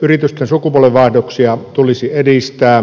yritysten sukupolvenvaihdoksia tulisi edistää